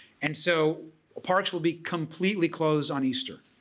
and so ah parks will be completely closed on easter,